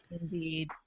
Indeed